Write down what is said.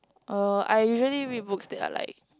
uh I usually read books that are like